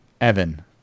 Evan